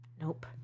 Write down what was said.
nope